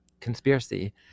Conspiracy